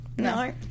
No